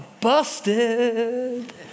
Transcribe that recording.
busted